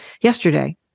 yesterday